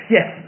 Yes